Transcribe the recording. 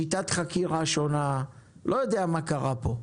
שיטת חקירה שונה, לא יודע מה קרה פה,